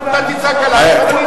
אתה תצעק עלי, אני אצעק עליך.